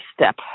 step